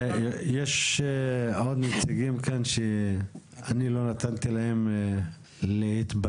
יש עוד נציגים כאן שאני לא נתתי להם להתבטא?